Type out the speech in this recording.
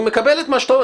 אני מקבל את מה שאתה אומר,